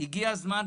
הגיע הזמן,